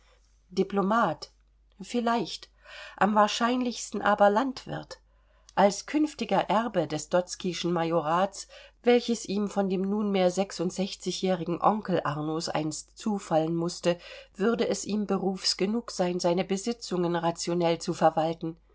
diplomat vielleicht am wahrscheinlichsten aber landwirt als künftiger erbe des dotzkyschen majorats welches ihm von dem nunmehr sechsundsechzigjährigen onkel arnos einst zufallen mußte würde es ihm berufs genug sein seine besitzungen rationell zu verwalten